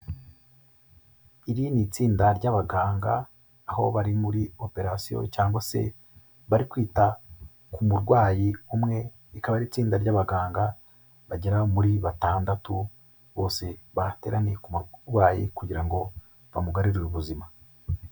Iri ni itsinda ry'abaganga aho bari muri operasiyo, cyangwa se bari kwita ku murwayi umwe, rikaba ari itsinda ry'abaganga bagera muri batandatu, bose bahateraniye ku murwayi kugira ngo bamugarurire ubuzima.